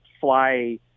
fly